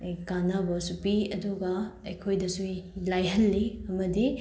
ꯀꯥꯟꯅꯕꯁꯨ ꯄꯤ ꯑꯗꯨꯒ ꯑꯩꯈꯣꯏꯗꯁꯨ ꯂꯥꯏꯍꯜꯂꯤ ꯑꯃꯗꯤ